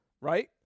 right